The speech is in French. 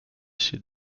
chez